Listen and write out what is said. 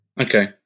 Okay